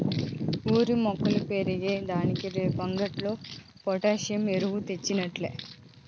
ఓరి మొక్కలు పెరిగే దానికి రేపు అంగట్లో పొటాసియం ఎరువు తెచ్చాల్ల